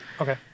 Okay